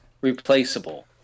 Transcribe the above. replaceable